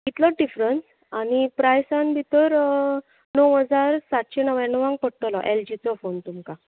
इतलोच डिफरन्स आनी प्रायसान भितर णव हजार सातशें णव्याण्णवाक पडटलो एलजीचो फोन तुमकां